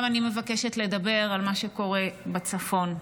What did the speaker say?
גם אני מבקשת לדבר על מה שקורה בצפון.